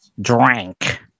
drank